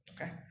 Okay